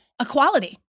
equality